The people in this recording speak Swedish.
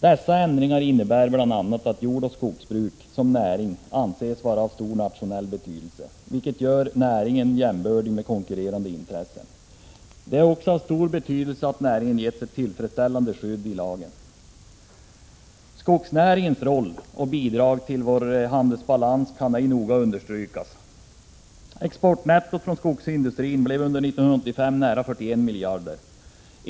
Dessa ändringar innebär bl.a. att jordoch skogsbruket som näring anses vara av stor nationell betydelse, vilket gör näringen jämbördig med konkurrerande intressen. Det är också av stor betydelse att näringen getts ett tillfredsställande skydd i lagen. Skogsnäringens roll och bidrag till vår handelsbalans kan ej nog understrykas. Exportnettot från skogsindustrin blev under 1985 nära 41 miljarder kronor.